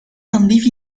تنظيف